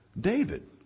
David